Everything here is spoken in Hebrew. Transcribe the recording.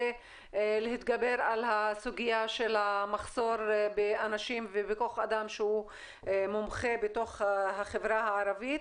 להתגבר על הסוגיה של המחסור בכוח אדם שהוא מומחה בתוך החברה הערבית.